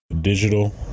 digital